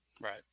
Right